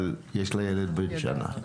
אבל יש לה ילד בן שנה.